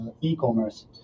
e-commerce